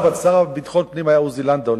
אבל השר לביטחון פנים היה עוזי לנדאו,